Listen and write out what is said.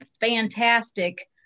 fantastic